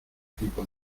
tipo